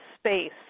space